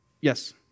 yes